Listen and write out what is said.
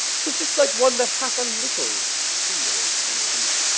twas just like one that hath a little fing'ring on the lute,